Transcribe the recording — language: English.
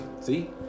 see